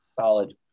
solid